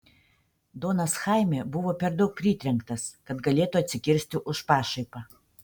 donas chaime buvo per daug pritrenktas kad galėtų atsikirsti už pašaipą